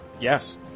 Yes